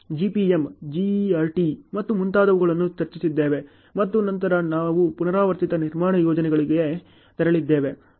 ಈಗ ನಾವು PERT GPM GERT ಮತ್ತು ಮುಂತಾದವುಗಳನ್ನು ಚರ್ಚಿಸಿದ್ದೇವೆ ಮತ್ತು ನಂತರ ನಾವು ಪುನರಾವರ್ತಿತ ನಿರ್ಮಾಣ ಯೋಜನೆಗಳಿಗೆ ತೆರಳಿದ್ದೇವೆ